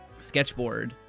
sketchboard